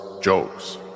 jokes